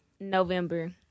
November